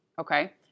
okay